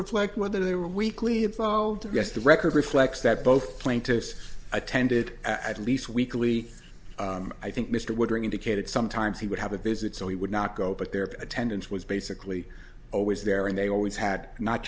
reflect whether they were weakly absolved yes the record reflects that both plaintiffs attended at least weekly i think mr woodring indicated sometimes he would have a visit so he would not go but their attendance was basically always there and they always had not